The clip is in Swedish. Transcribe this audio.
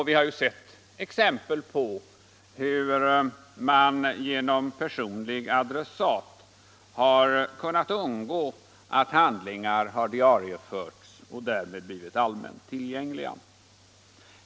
Vi har ju haft exempel på hur man genom personlig adressat kunnat undgå att handlingar har diarieförts och därmed blivit all lingars offentlighet mänt tillgängliga.